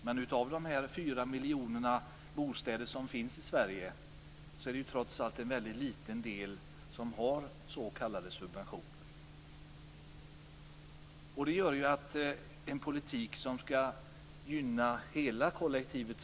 Men av de fyra miljoner bostäder som finns i Sverige är det trots allt en väldigt liten del som är subventionerade. Det gäller då att föra en politik som gynnar hela boendekollektivet.